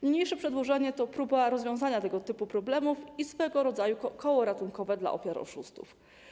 Niniejsze przedłożenie to próba rozwiązania tego typu problemów i swego rodzaju koło ratunkowe dla ofiar oszustów.